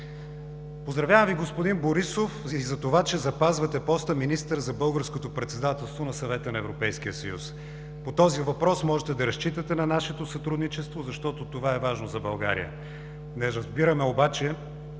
Поздравявам Ви, господин Борисов, и за това, че запазвате поста министър за българското председателство на Съвета на Европейския съюз. По този въпрос можете да разчитате на нашето сътрудничество, защото това е важно за България. Не разбираме обаче,